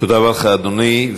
תודה רבה לך, אדוני.